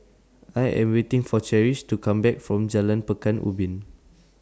I Am waiting For Cherish to Come Back from Jalan Pekan Ubin